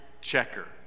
checker